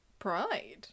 Pride